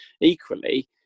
equally